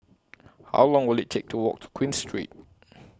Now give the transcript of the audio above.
How Long Will IT Take to Walk to Queen Street